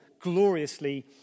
gloriously